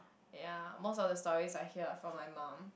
ya most of the stories I hear are from my mum